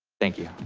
thank you.